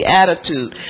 attitude